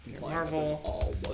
Marvel